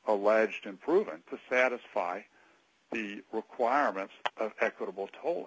alleged unproven to satisfy the requirements of equitable tol